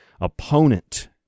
opponent